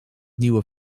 nieuwe